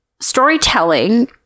storytelling